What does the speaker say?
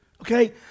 Okay